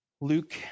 Luke